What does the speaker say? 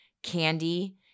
Candy